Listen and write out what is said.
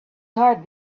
heart